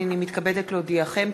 הנני מתכבדת להודיעכם,